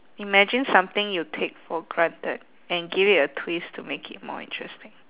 imagine something you take for granted and give it a twist to make it more interest~